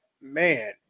Man